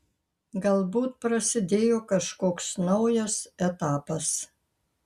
galbūt prasidėjo kažkoks naujas etapas